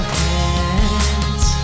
hands